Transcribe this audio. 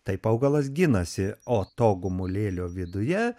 taip augalas ginasi o to gumulėlio viduje